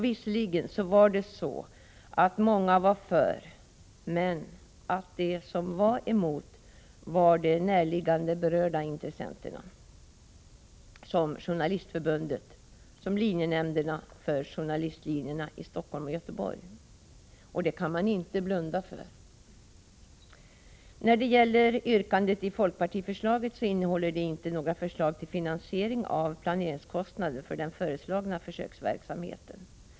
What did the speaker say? Visserligen var många svar positiva, men de som var negativa kom från de närmast berörda intressenterna, t.ex. Journalist förbundet och linjenämnderna för journalistlinjerna i Stockholm och Göteborg. Detta kan man inte blunda för. Folkpartiförslaget innehåller ingenting om finansiering av planeringskostnaderna för den föreslagna försöksverksamheten.